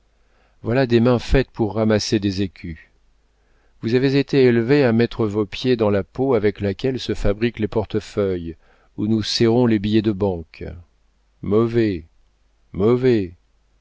voilà des mains faites pour ramasser des écus vous avez été élevé à mettre vos pieds dans la peau avec laquelle se fabriquent les portefeuilles où nous serrons les billets de banque mauvais mauvais